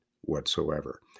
whatsoever